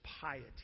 piety